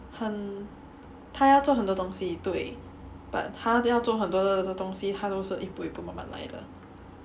很他要做很多东西对 but 他要做很多的东西他都是一步一步慢慢来的